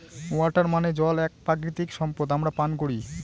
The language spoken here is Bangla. ওয়াটার মানে জল এক প্রাকৃতিক সম্পদ আমরা পান করি